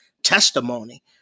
testimony